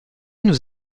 nous